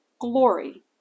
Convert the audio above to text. glory